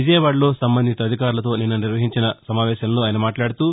విజయవాడలో సంబంధిత అధికారులతో నిన్న నిర్వహించిన సమావేశంలో ఆయన మాట్లాడుతూ